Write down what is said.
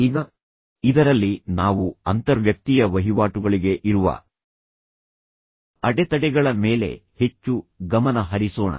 ಈಗ ಇದರಲ್ಲಿ ನಾವು ಅಂತರ್ವ್ಯಕ್ತೀಯ ವಹಿವಾಟುಗಳಿಗೆ ಇರುವ ಅಡೆತಡೆಗಳ ಮೇಲೆ ಹೆಚ್ಚು ಗಮನ ಹರಿಸೋಣ